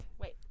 wait